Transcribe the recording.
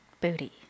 booty